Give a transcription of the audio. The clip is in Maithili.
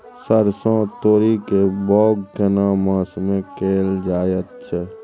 सरसो, तोरी के बौग केना मास में कैल जायत छै?